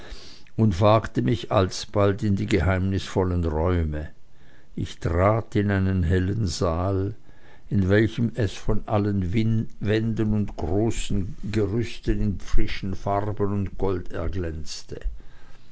und wagte mich alsbald in die geheimnisvollen räume ich trat in einen hellen saal in welchem es von allen wänden und von großen gerüsten in frischen farben und gold erglänzte